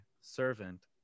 servant